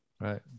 Right